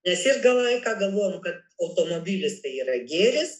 nes ilgą laiką galvojau kad automobilis yra gėris